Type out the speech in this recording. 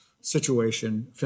situation